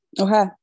okay